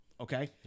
Okay